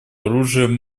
оружием